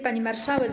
Pani Marszałek!